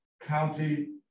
County